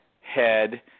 head